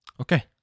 Okay